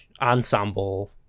ensemble